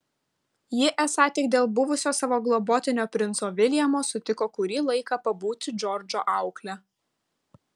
ji esą tik dėl buvusio savo globotinio princo viljamo sutiko kurį laiką pabūti džordžo aukle